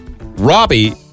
Robbie